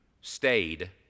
stayed